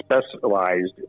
specialized